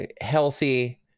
healthy